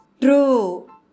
true